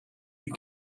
you